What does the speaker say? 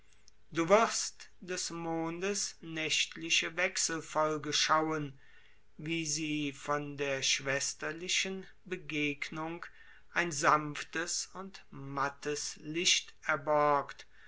du wirst des mondes nächtliche wechselfolge schauen wie sie von der schwesterlichen begegnung ein sanftes und mattes licht erborgt